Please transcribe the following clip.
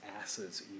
asses